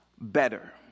better